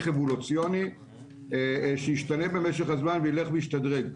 אבולוציוני שישתנה במשך הזמן וילך וישתדרג.